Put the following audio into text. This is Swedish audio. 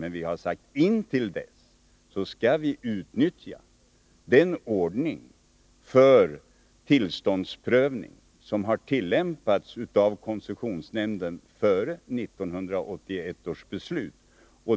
Men vi har sagt att intill dess pågående utredningar är färdiga och remissbehandlade skall vi utnyttja den ordning för tillståndsprövning som tillämpats av koncessionsnämnden före 1981 års beslut.